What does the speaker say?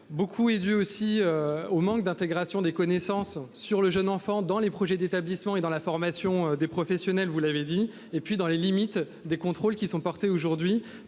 mais aussi au manque d'intégration des connaissances sur le jeune enfant dans les projets d'établissement et dans la formation des professionnels. Enfin, le rapport met au jour les limites des contrôles qui sont assurés aujourd'hui